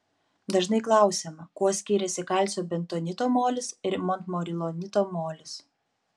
dažnai klausiama kuo skiriasi kalcio bentonito molis ir montmorilonito molis